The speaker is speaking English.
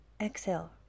Exhale